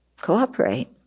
cooperate